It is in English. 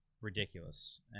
ridiculous